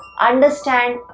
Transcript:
understand